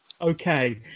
Okay